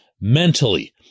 mentally